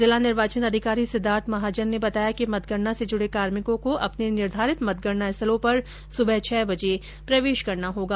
जिला निर्वाचन अधिकारी सिद्धार्थ महाजन ने बताया कि मतगणना से जुडे कार्मिकों को अपने निर्धारित मतगणना स्थलों पर सुबह छह बजे प्रवेश करना होगा